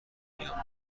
میآمد